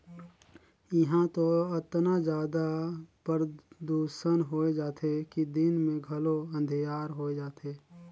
इहां तो अतना जादा परदूसन होए जाथे कि दिन मे घलो अंधिकार होए जाथे